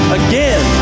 again